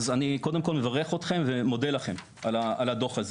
קודם כל אני מברך אתכם ומודה לכם על הדוח הזה.